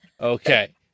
Okay